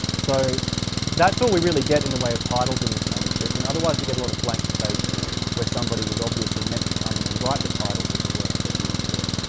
so that's all we really get in the way of titles in this manuscript and otherwise we get a lot of blank spaces where somebody was obviously meant to come in and write the titles of the works but didn't do it.